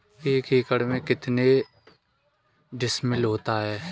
एक एकड़ में कितने डिसमिल होता है?